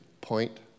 Point